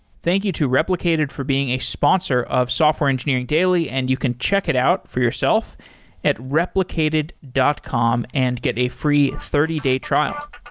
thank you to replicated for being a sponsor of software engineering daily, and you can check it out for yourself at replicated dot com and get a free thirty day trial